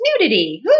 nudity